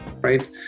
right